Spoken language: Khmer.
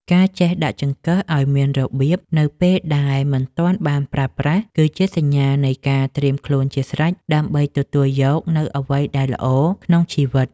ការចេះដាក់ចង្កឹះឱ្យមានរបៀបនៅពេលដែលមិនទាន់បានប្រើប្រាស់គឺជាសញ្ញានៃការត្រៀមខ្លួនជាស្រេចដើម្បីទទួលយកនូវអ្វីដែលល្អក្នុងជីវិត។